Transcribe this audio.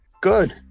Good